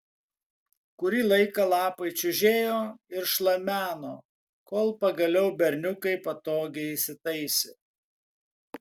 kurį laiką lapai čiužėjo ir šlameno kol pagaliau berniukai patogiai įsitaisė